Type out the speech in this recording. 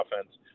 offense